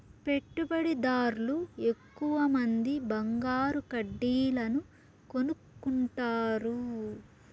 పెట్టుబడిదార్లు ఎక్కువమంది బంగారు కడ్డీలను కొనుక్కుంటారు